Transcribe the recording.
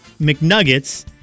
McNuggets